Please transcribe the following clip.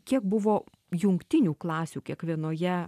kiek buvo jungtinių klasių kiekvienoje